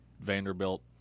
Vanderbilt